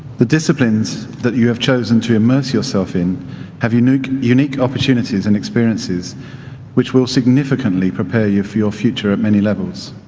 the disciplines that you have chosen to immerse yourself in have unique unique opportunities and experiences which will significantly prepare you for your future at many levels.